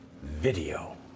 video